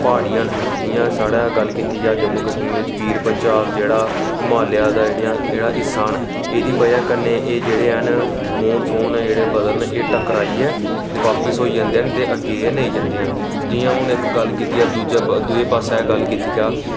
प्हाड़ियां न जियां साढ़ै गल्ल कीती जा जम्मू कश्मीर च पीर पंचाल जेह्ड़ा हिमालय दा जेह्ड़ा जेह्ड़ा हिस्सा न एहदी बजह कन्नै एह् जेह्ड़े हैन मौनसून जेह्ड़े बदल न एह् टकराइयै ते बापस होई जंदे न ते अग्गै एह् नेईं जंदे न जियां हून इक गल्ल कीती जा दूजै दुए पास्सै गल्ल कीती जा